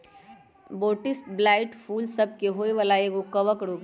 Botrytis blight फूल सभ के होय वला एगो कवक रोग हइ